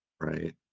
right